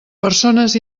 persones